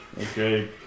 Okay